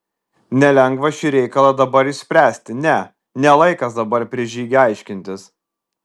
nelengva šį reikalą dabar išspręsti ne ne laikas dabar prieš žygį aiškintis